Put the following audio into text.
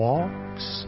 Walks